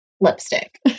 lipstick